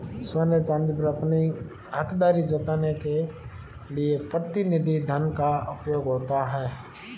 सोने चांदी पर अपनी हकदारी जताने के लिए प्रतिनिधि धन का उपयोग होता है